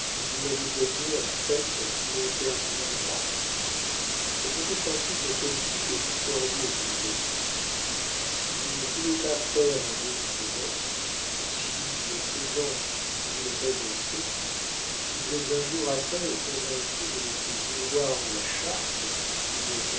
vous l'avez gagnée en fait mais perdue en droit le protestantisme politique est victorieux dans les esprits si vous ne voulez pas faire un édit de nantes ou si le faisant vous le révoquez si vous êtes un jour atteints et convaincus de ne plus vouloir de la charte qui